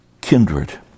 kindred